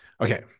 Okay